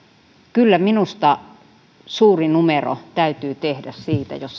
kyllä minusta suuri numero täytyy tehdä siitä jos